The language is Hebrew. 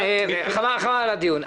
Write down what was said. על הדיון.